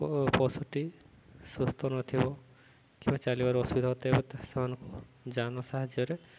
ପ ପଶୁଟି ସୁସ୍ଥ ନଥିବ କିମ୍ବା ଚାଲିବାର ଅସୁବିଧା ହଉଥିବ ତେବେ ସେମାନଙ୍କୁ ଯାନ ସାହାଯ୍ୟରେ